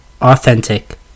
authentic